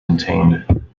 contained